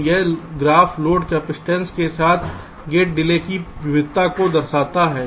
तो यह graph load capacitance के साथ गेट डिले की विविधता को दर्शाता है